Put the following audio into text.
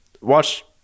watch